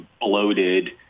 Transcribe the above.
bloated